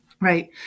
Right